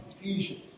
Ephesians